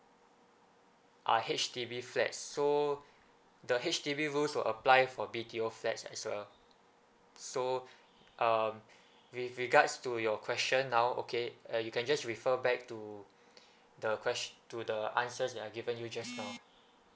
are H_D_B flat so the H_D_B rules to apply for B_T_O flats as well so um with regards to your question now okay uh you can just refer back to the ques~ to the answers that I given you just now